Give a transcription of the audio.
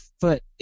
foot